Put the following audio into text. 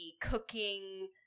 cooking